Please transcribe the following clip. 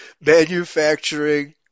manufacturing